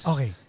Okay